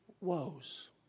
woes